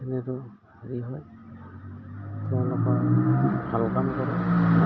সেনেদৰে হেৰি হয় তেওঁলোকৰ ভাল কাম কৰে